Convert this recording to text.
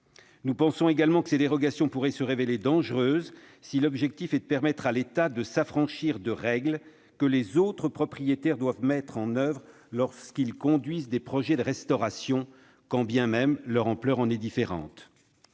Nous pensons également que ces dérogations pourraient se révéler dangereuses si l'objectif est de permettre à l'État de s'affranchir de règles que les autres propriétaires doivent mettre en oeuvre lorsqu'ils conduisent des projets de restauration, quand bien même leur ampleur est différente.